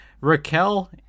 Raquel